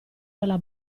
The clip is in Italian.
dalla